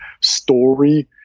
story